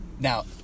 Now